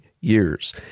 years